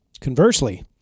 Conversely